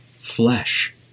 flesh